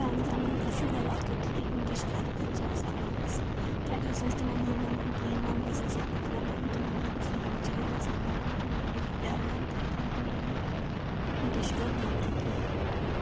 پرانہِ زمانہٕ کھۄتہٕ چھُ یہُے وقت ٹھیٖک ونکیٚنس چھِ ہر کانٛہہ چیز بَنان اسہِ اتہٕ اوس اسہِ تِمن دۄہن بَنان کہیٖنۍ مَمہٕ ٲس اسہِ اِتھ پٲٹھۍ وَنان تِمن دۄہن أس نہٕ ہُم چیٖز آسان بَنان کیٚنٛہہ تِمن دۄہن چھُ آسان پیٚوان کیتھام ہو یہِ ونکیٚنس چھُ توتہِ بَنان کیٚنہہ